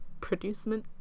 producement